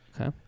Okay